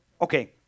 Okay